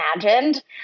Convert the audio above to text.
imagined